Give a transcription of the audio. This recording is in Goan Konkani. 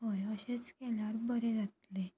हय अशेंच केल्यार बरें जातलें